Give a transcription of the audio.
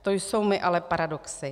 To jsou mi ale paradoxy!